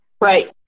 Right